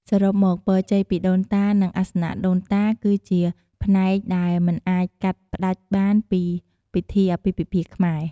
សរុបមក ពរជ័យពីដូនតា និង អាសនៈដូនតា គឺជាផ្នែកដែលមិនអាចកាត់ផ្តាច់បានពីពិធីអាពាហ៍ពិពាហ៍ខ្មែរ។